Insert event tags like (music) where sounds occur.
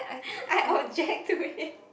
I object to it (laughs)